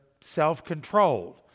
self-controlled